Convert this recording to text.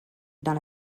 dans